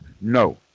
No